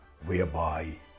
whereby